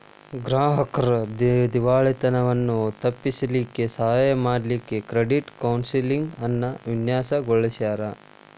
ಗ್ರಾಹಕ್ರ್ ದಿವಾಳಿತನವನ್ನ ತಪ್ಪಿಸ್ಲಿಕ್ಕೆ ಸಹಾಯ ಮಾಡ್ಲಿಕ್ಕೆ ಕ್ರೆಡಿಟ್ ಕೌನ್ಸೆಲಿಂಗ್ ಅನ್ನ ವಿನ್ಯಾಸಗೊಳಿಸ್ಯಾರ್